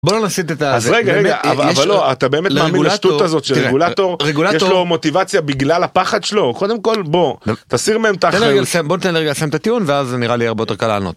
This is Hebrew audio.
בוא לא נסיט את ה... אז רגע רגע אבל לא אתה באמת מאמין לשטות הזאת שרגולטור, רגולטור, יש לו מוטיבציה בגלל הפחד שלו? קודם כל בוא, תסיר מהם ת'אחריות, תן לי רגע לסיים, בוא תן לי רגע לסיים את הטיעון ואז נראה לי יהיה הרבה יותר קל לענות.